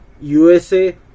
USA